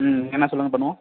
ம் என்ன சொல்லுங்கள் பண்ணுவோம்